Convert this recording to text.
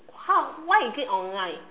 how why is it online